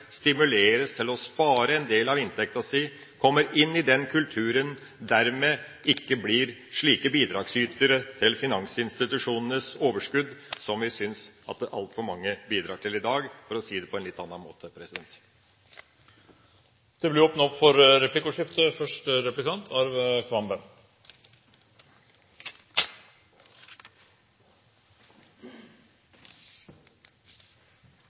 stimuleres til å spare en del av inntekta si, kommer inn i den kulturen og dermed ikke blir slike bidragsytere til finansinstitusjonenes overskudd som vi syns altfor mange blir i dag – for å si det på en litt annen måte. Det åpnes for replikkordskifte.